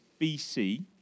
BC